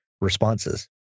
responses